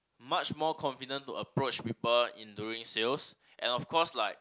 much more confident to approach people in doing sales and of course like